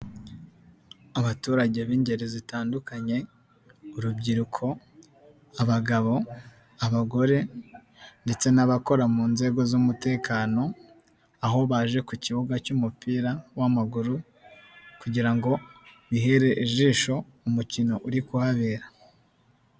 Abaturage b'ingeri zitandukanye, urubyiruko, abagabo, abagore ndetse n'abakora mu nzego z'umutekano aho baje ku kibuga cy'umupira w'amaguru kugira ngo bihere ijisho umukino uri kuhabera.